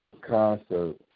concert